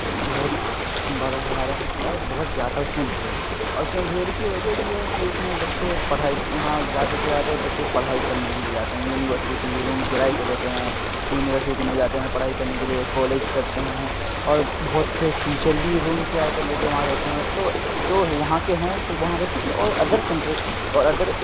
بہت بڑا شہر ہے اور بہت زیادہ اس میں بھیڑ ہے اور اس میں بھیڑ کی وجہ بھی ہے کہ اس میں بچے پڑھائی وہاں زیادہ سے زیادہ بچے پڑھائی کرنے کے لیے جاتے ہیں یونیورسٹی روم کرائے پہ لیتے ہیں یونیورسٹی میں جاتے ہیں پڑھائی کرنے کے لیے کالج کرتے ہیں اور بہت سے ٹیچر بھی روم کرائے پہ لے کے وہاں رہتے ہیں تو جو وہاں کے ہیں تو وہاں رہتے ہیں اور ادر کنٹری اور ادر